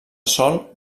sol